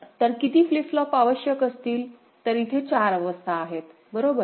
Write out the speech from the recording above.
तर किती flip flop आवश्यक असतील तर इथे चार अवस्था आहेत बरोबर